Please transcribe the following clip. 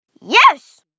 Yes